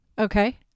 Okay